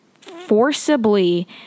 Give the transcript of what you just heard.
forcibly